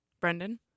brendan